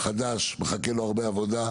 מחכה לו הרבה עבודה.